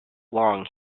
long